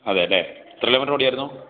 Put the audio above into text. അതേല്ലെ എത്ര kilometre ഓടിയായിരുന്നു